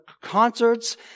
concerts